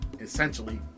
essentially